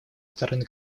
стороны